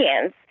hands